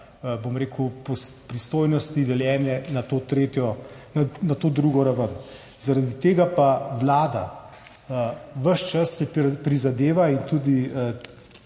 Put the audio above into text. pristojnosti deljene na to drugo raven. Zaradi tega si pa vlada ves čas prizadeva in tudi